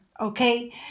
Okay